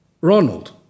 Ronald